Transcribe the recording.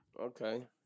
Okay